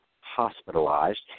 hospitalized